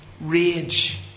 Rage